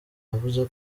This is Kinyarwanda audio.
yavuze